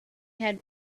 had